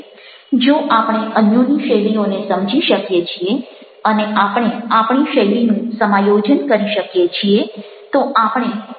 જો આપણે અન્યોની શૈલીઓને સમજી શકીએ છીએ અને આપણે આપણી શૈલીનું સમાયોજન કરી શકીએ છીએ તો આપણે વધુ સારી સ્થિતિમાં હોઈશું